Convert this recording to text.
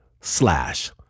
slash